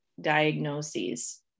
diagnoses